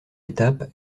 étape